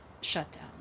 shutdown